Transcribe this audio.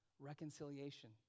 reconciliation